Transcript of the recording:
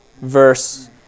verse